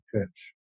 pitch